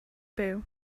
byw